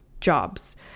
jobs